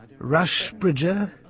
Rushbridger